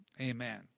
amen